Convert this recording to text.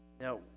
Now